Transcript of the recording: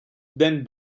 den